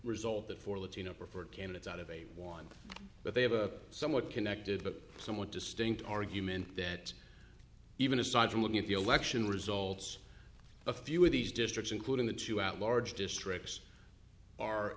result that four latino preferred candidates out of a one but they have a somewhat connected but somewhat distinct argument that even aside from looking at the election results a few of these districts including the two out large districts are